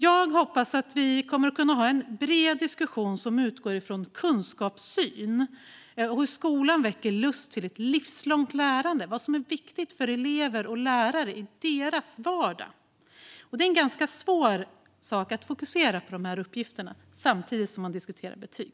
Jag hoppas att vi kommer att kunna ha en bred diskussion som utgår från kunskapssyn, hur skolan väcker lust till ett livslångt lärande och vad som är viktigt för elever och lärare i deras vardag. Det är en ganska svår sak att fokusera på dessa uppgifter samtidigt som man diskuterar betyg.